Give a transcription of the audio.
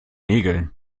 nägeln